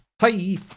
Hi